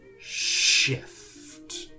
Shift